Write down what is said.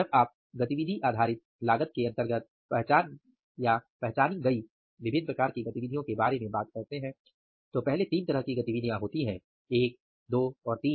जब आप गतिविधि आधारित लागत के अंतर्गत पहचानी गई विभिन्न प्रकार की गतिविधियों के बारे में बात करते हैं तो पहले 3 तरह की गतिविधियाँ होती हैं 1 2 और 3